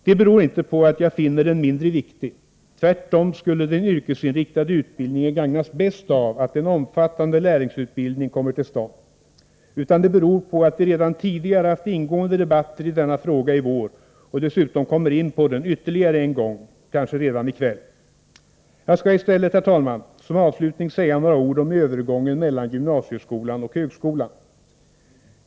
Detta beror inte på att jag finner den mindre viktig — tvärtom skulle den yrkesinriktade utbildningen gagnas bäst om en omfattande lärlingsutbildning kunde komma till stånd — utan det beror på att vi redan tidigare haft ingående debatter i denna fråga i vår och dessutom kommer in på den ytterligare en gång, kanske redan i kväll. Jag skall i stället, herr talman, som avslutning säga några ord om övergången mellan gymnasieskolan och högskolan.